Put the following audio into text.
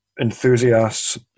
enthusiasts